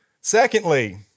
Secondly